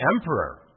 emperor